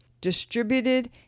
distributed